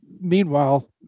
Meanwhile